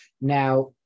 Now